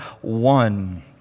one